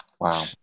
Wow